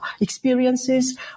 experiences